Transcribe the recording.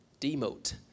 demote